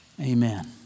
Amen